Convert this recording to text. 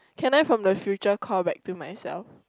can I from the future call back to myself